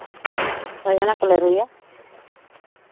ᱦᱳᱭ ᱚᱱᱟᱠᱚᱞᱮ ᱨᱩᱭᱟ